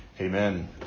Amen